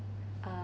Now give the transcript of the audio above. uh